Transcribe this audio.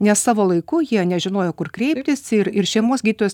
nes savo laiku jie nežinojo kur kreiptis ir ir šeimos gydytojos